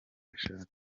ashaka